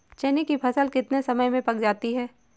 चने की फसल कितने समय में पक जाती है?